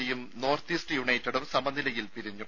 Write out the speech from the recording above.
സിയും north east യുണൈറ്റഡും സമനിലയിൽ പിരിഞ്ഞു